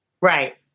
Right